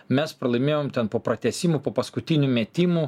mes pralaimėjom ten po pratęsimo po paskutinių metimų